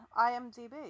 IMDb